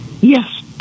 Yes